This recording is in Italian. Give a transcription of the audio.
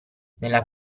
nella